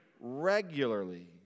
regularly